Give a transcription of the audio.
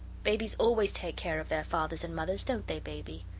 babies always take care of their fathers and mothers don't they, baby?